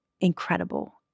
incredible